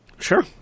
Sure